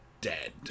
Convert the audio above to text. Dead